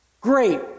great